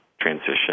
transition